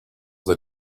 that